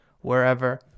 wherever